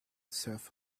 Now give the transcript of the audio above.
surf